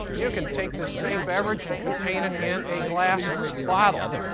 you can take this same beverage and contain it in a glass bottle.